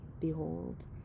behold